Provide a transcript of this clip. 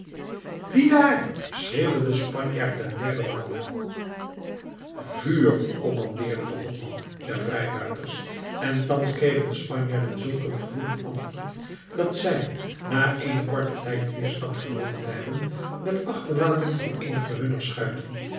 wie daar schreeuwde de spanjaard ten derden male vuur kommandeerde de hopman der vrijbuiters en thans kregen de spanjaarden zulk een gevoelig antwoord dat zij na eenen korten tijd weerstand geboden te hebben met achterlating van eenige hunner schuiten